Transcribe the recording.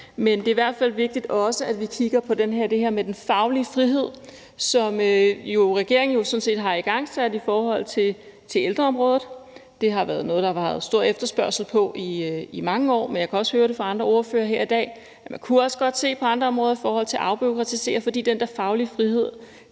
Men det er i hvert fald også vigtigt, at vi kigger på det her med den faglige frihed, som regeringen sådan set har igangsat i forhold til ældreområdet. Det har jo været noget, der har været stor efterspørgsel på i mange år, men jeg kan også høre på andre ordførere her i dag, at man også godt kunne se på andre områder i forhold til at afbureaukratisere, fordi den der faglige frihed